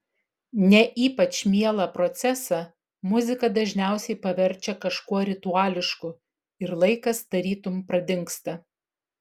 ne ypač mielą procesą muzika dažniausiai paverčia kažkuo rituališku ir laikas tarytum pradingsta